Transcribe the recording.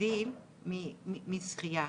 להבדיל משחייה.